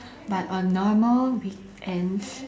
but on normal weekends